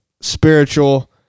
spiritual